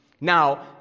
Now